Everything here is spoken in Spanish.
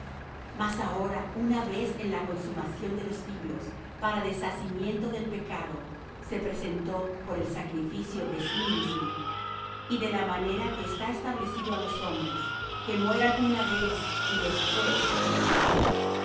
mas ahora una vez en la consumación de los siglos para deshacimiento del pecado se presentó por el sacrificio de sí mismo y de la manera que está establecido á los hombres que mueran una vez y después el juicio